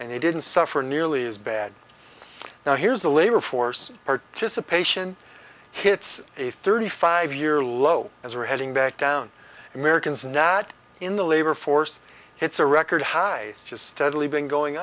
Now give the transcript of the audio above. and they didn't suffer nearly as bad now here's the labor force participation hits a thirty five year low as we're heading back down americans now add in the labor force it's a record highs just steadily been going